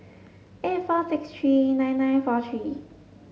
eight four six three nine nine four three